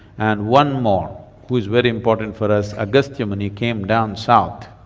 and one more who is very important for us, agastya muni came down south.